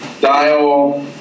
Dial